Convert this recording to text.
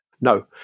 No